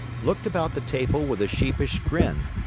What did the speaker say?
looked about the table with a sheepish grin.